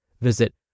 Visit